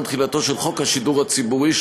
תחילתו של חוק השידור הציבורי הישראלי,